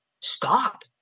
stop